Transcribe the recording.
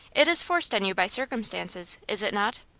it is forced on you by circumstances, is it not?